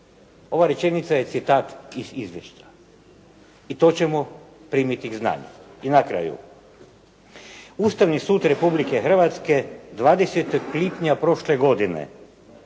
Ova rečenica je citat iz izvješća. I to ćemo primiti k znanju. I na kraju Ustavni sud Republike Hrvatske 20. lipnja prošle godine